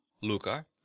luca